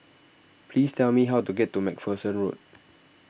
please tell me how to get to MacPherson Road